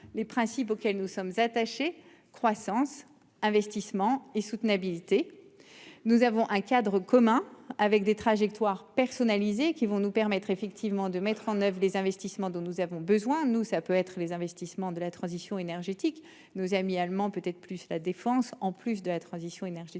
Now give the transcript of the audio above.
les principes auxquels nous sommes attachés, croissance, investissements et soutenabilité. Nous avons un cadre commun avec des trajectoires personnalisée qui vont nous permettre effectivement de mettre en oeuvre les investissements dont nous avons besoin nous ça peut être les investissements de la transition énergétique. Nos amis allemands peut-être plus la défense en plus de la transition énergétique